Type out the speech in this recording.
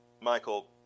Michael